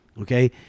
okay